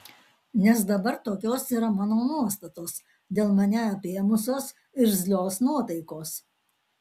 nes dabar tokios yra mano nuostatos dėl mane apėmusios irzlios nuotaikos